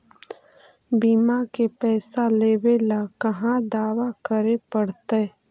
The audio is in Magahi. बिमा के पैसा लेबे ल कहा दावा करे पड़तै?